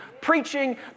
preaching